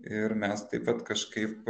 ir mes taip vat kažkaip